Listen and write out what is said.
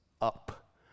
up